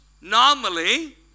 normally